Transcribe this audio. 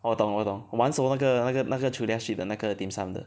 我懂我懂我蛮喜欢那个那个那个 Chulia street 的那个 dim sum 的